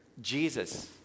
Jesus